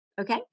okay